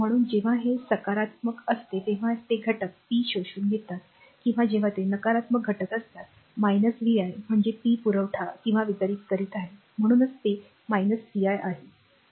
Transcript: म्हणून जेव्हा ते सकारात्मक असते तेव्हा ते घटक पी शोषून घेतात किंवा जेव्हा हे नकारात्मक घटक असतात vi म्हणजे पी पुरवठा किंवा वितरित करीत आहे म्हणूनच ते vi